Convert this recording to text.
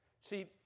See